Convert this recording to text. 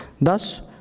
Thus